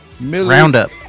Roundup